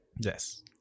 Yes